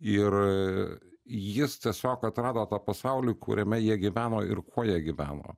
ir jis tiesiog atrado tą pasaulį kuriame jie gyveno ir kuo jie gyveno